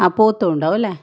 ആ പോത്തും ഉണ്ടാവും അല്ലേ